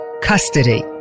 custody